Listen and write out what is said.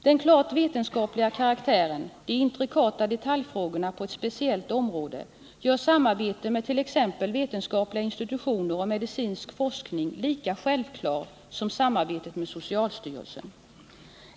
Den klart vetenskapliga karaktären och de intrikata detaljfrågorna på ett speciellt område gör ett samarbete med t.ex. vetenskapliga institutioner och med dem som bedriver medicinsk forskning lika självklart som samarbetet med socialstyrelsen.